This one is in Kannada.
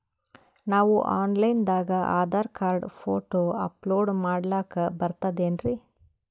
ನಾವು ಆನ್ ಲೈನ್ ದಾಗ ಆಧಾರಕಾರ್ಡ, ಫೋಟೊ ಅಪಲೋಡ ಮಾಡ್ಲಕ ಬರ್ತದೇನ್ರಿ?